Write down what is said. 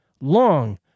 long